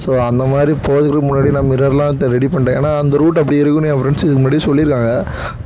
so அந்தமாதிரி போகுரத்துக்கு முன்னாடி நான் மிரர்லாம் ரெடி பண்ணிட்டேன் ஏன்னா அந்த ரூட் அப்படி இருக்குதுன்னு என் ஃப்ரெண்ஸு இதுக்கு முன்னாடியே சொல்லியிருக்காங்க